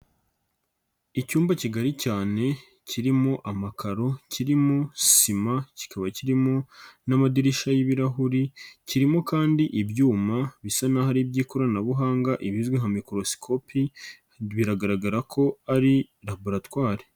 Icyumba kigari cyane kirimo amakaro, kirimo sima, kikaba kirimo n'amadirishya y'ibirahuri kirimo kandi ibyuma bisa n'aho ari iby'ikoranabuhanga ibizwi nka mikorosikopi biragaragara ko ari laboratwari.